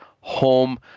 home